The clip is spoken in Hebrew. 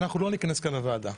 אנחנו לא ניכנס לכאן לוועדה.